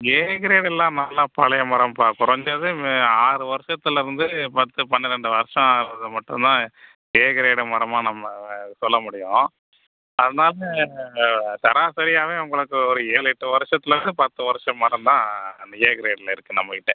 ஏ கிரேடுலாம் நல்லா பழைய மரம்ப்பா குறஞ்சது ஆறு வருஷத்துல இருந்து பத்து பன்னிரெண்டு வருஷம் ஆகுறது மட்டும் தான் ஏ கிரேடு மரமா நம்ம சொல்ல முடியும் அதனால் சராசரியாகவே உங்களுக்கு ஒரு ஏழு எட்டு வருஷத்துலேர்ந்து பத்து வருஷ மரம் தான் அந்த ஏ கிரேட்டில் இருக்குது நம்மகிட்ட